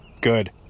Good